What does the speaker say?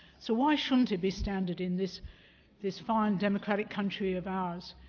so why shouldn't it be standard in this this fine democratic country of ours?